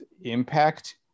impact